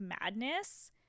madness